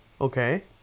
Okay